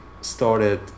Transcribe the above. started